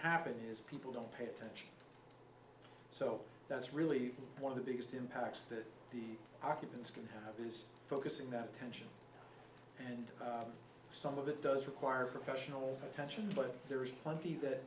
happen is people don't pay attention so that's really one of the biggest impacts that the occupants can have is focusing that attention and some of it does require professional attention but there is plenty that